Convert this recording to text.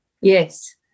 Yes